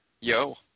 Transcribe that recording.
Yo